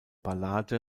ballade